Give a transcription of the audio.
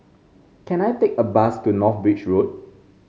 can I take a bus to North Bridge Road